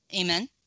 Amen